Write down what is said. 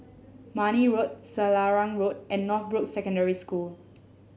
Marne Road Selarang Road and Northbrooks Secondary School